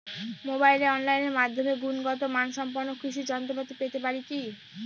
মোবাইলে অনলাইনের মাধ্যমে গুণগত মানসম্পন্ন কৃষি যন্ত্রপাতি পেতে পারি কি?